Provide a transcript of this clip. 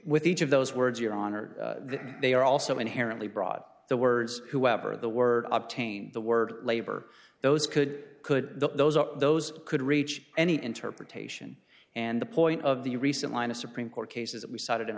with each of those words your honor that they are also inherently brought the words whoever the word obtain the word labor those could could those are those could reach any interpretation and the point of the recent line of supreme court cases that we cited in